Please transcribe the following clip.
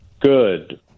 Good